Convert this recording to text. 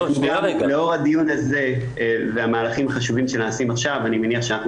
-- -לאור הדיון הזה והמהלכים החשובים שנעשים עכשיו אני מניח שאנחנו